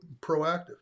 proactive